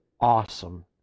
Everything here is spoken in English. awesome